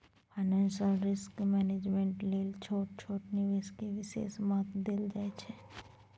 financial risk management लेल छोट छोट निवेश के विशेष महत्व देल जाइ छइ